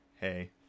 Hey